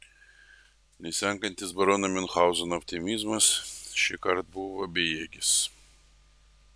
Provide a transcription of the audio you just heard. nesenkantis barono miunchauzeno optimizmas šįkart buvo bejėgis